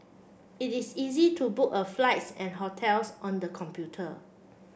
it is easy to book a flights and hotels on the computer